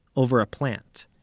over a plant.